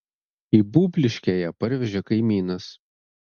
į būbliškę ją parvežė kaimynas